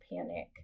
panic